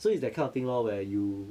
so it's that kind of thing lor where you